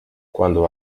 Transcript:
cuando